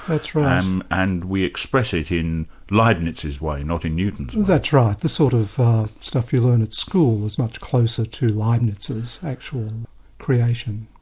that's right. um and we express it in leibnitz's way, not in newton's way. and that's right. the sort of stuff you learn at school is much closer to leibnitz's actual creation.